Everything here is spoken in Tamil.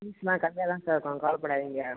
ஃபீஸ்ஸெலாம் கம்மியாக தான் சார் இருக்கும் கவலைப்படாதிங்க